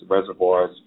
reservoirs